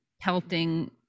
pelting